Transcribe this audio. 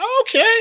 Okay